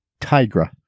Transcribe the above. Tigra